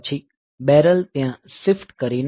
પછી બેરલ ત્યાં શિફ્ટ કરીએ